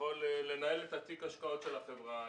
לנהל את תיק ההשקעות של החברה,